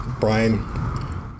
Brian